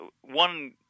one